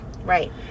Right